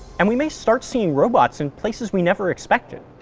and we may start seeing robots in places we never expected.